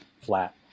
flat